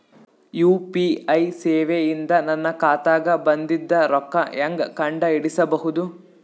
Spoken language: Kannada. ಯು.ಪಿ.ಐ ಸೇವೆ ಇಂದ ನನ್ನ ಖಾತಾಗ ಬಂದಿದ್ದ ರೊಕ್ಕ ಹೆಂಗ್ ಕಂಡ ಹಿಡಿಸಬಹುದು?